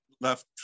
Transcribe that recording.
left